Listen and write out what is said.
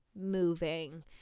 moving